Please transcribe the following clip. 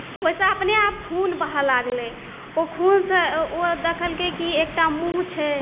ओहिसँ अपने आप खून बहै लगलै ओ खूनसँ ओ देखलकै की एकटा मुँह छै